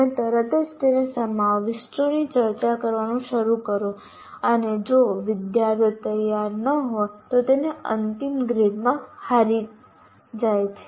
તમે તરત જ તેના સમાવિષ્ટોની ચર્ચા કરવાનું શરૂ કરો અને જો વિદ્યાર્થીઓ તૈયાર ન હોય તો તેઓ અંતિમ ગ્રેડમાં હારી જાય છે